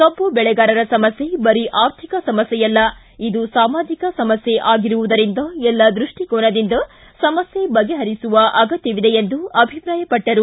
ಕಬ್ಬು ಬೆಳೆಗಾರರ ಸಮಸ್ಥೆ ಬರೀ ಆರ್ಥಿಕ ಸಮಸ್ಥೆಯಲ್ಲ ಇದು ಸಾಮಾಜಿಕ ಸಮಸ್ಥೆ ಆಗಿರುವುದರಿಂದ ಎಲ್ಲ ದೃಷ್ಟಿಕೋನದಿಂದ ಸಮಸ್ಯೆ ಬಗೆಹರಿಸುವ ಅಗತ್ತವಿದೆ ಎಂದು ಅಭಿಪ್ರಾಯಪಟ್ಟರು